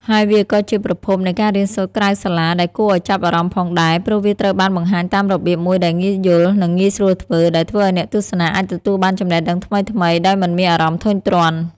ហើយវាក៏ជាប្រភពនៃការរៀនសូត្រក្រៅសាលាដែលគួរឲ្យចាប់អារម្មណ៍ផងដែរ ព្រោះវាត្រូវបានបង្ហាញតាមរបៀបមួយដែលងាយយល់ និងងាយស្រួសធ្វើ ដែលធ្វើឲ្យអ្នកទស្សនាអាចទទួលបានចំណេះដឹងថ្មីៗដោយមិនមានអារម្មណ៍ធុញទ្រាន់។